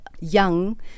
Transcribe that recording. young